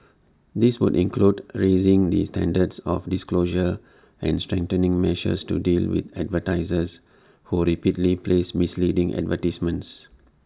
this would include raising the standards of disclosure and strengthening measures to deal with advertisers who repeatedly place misleading advertisements